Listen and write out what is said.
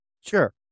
Sure